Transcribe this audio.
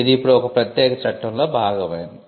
ఇది ఇప్పుడు ఒక ప్రత్యేక చట్టంలో భాగం అయింది